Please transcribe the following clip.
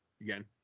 Again